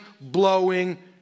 blowing